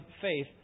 faith